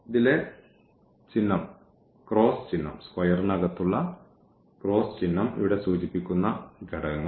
അതിനാൽ ഈ ചിഹ്നം ഇവിടെ സൂചിപ്പിക്കുന്ന ഈ ഘടകങ്ങൾ